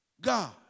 God